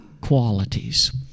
qualities